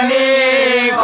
a